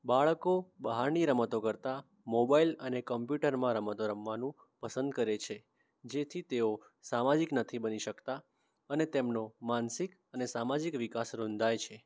બાળકો બહારની રમતો કરતા મોબાઈલ અને કમ્પ્યુટરમાં રમતો રમવાનું પસંદ કરે છે જેથી તેઓ સામાજિક નથી બની શકતા અને તેમનો માનસિક અને સામાજિક વિકાસ રૂંધાય છે